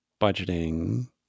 budgeting